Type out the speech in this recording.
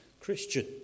Christian